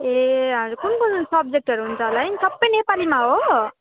ए हजुर कुन कुन सब्जेक्टहरू हुन्छ होला है सबै नेपालीमा हो